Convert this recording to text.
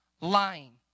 lying